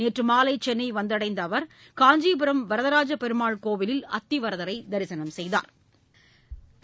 நேற்று மாலை சென்னை வந்தடைந்த அவர் காஞ்சிபுரம் வரதராஜ பெருமாள் கோவிலில் அத்திவரதரை தரிசனம் செய்தாா்